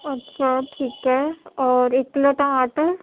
اچھا ٹھیک ہے اور ایک کلو ٹماٹر